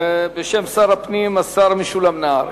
בשם שר הפנים, השר משולם נהרי.